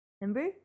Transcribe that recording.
Remember